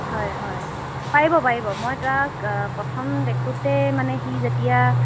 হয় হয় পাৰিব পাৰিব মই তাক প্ৰথম দেখোঁতে মানে সি যেতিয়া